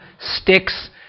sticks